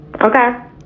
Okay